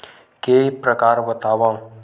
के प्रकार बतावव?